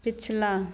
पिछला